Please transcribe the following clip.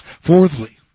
Fourthly